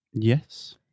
Yes